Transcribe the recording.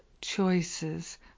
choices